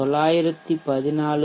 4 914